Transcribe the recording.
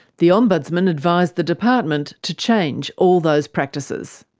the ombudsman advised the department to change all those practices.